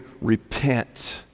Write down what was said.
repent